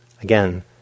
again